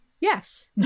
Yes